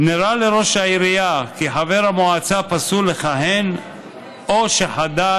"נראה לראש העירייה כי חבר המועצה פסול לכהן או שחדל